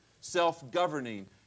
self-governing